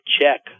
check